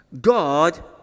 God